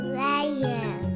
lion